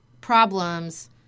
problems